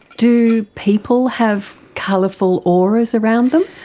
do people have colourful auras around them?